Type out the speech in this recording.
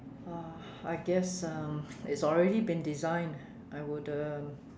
uh I guess um it's already been designed I would um